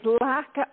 lack